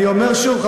אני אומר שוב,